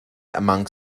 among